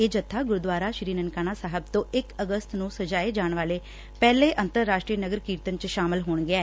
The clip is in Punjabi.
ਇਹ ਜੱਬਾ ਗੁਰਦੁਆਰਾ ਸ੍ਰੀ ਨਨਕਾਣਾ ਸਾਹਿਬ ਤੋ ਇਕ ਅਗਸਤ ਨੂੰ ਸਜਾਏ ਜਾਣ ਵਾਲੇ ਪਹਿਲੇ ਅੰਤਰਰਾਸ਼ਟਰੀ ਨਗਰ ਕੀਰਤਨ ਚ ਸ਼ਾਮਲ ਹੋਣ ਗਿਐ